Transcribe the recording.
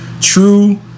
true